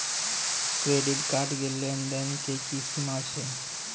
Credit card के लेन देन के की सीमा छै?